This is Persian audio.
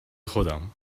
خودم